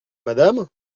madame